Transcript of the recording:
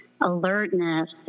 alertness